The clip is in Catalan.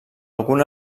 algun